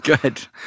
good